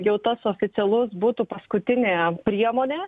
jau tas oficialus būtų paskutinė priemonė